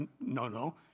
no-no